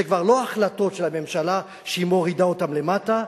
זה כבר לא החלטות של הממשלה שהיא מורידה אותן למטה,